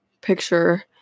picture